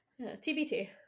TBT